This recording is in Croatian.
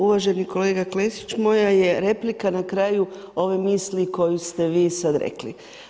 Uvaženi kolega Klesić, moja je replika na kraju ove misli koju ste vi sad rekli.